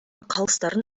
калыстардын